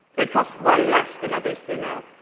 it costs way less than obesity now.